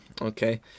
Okay